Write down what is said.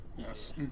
Yes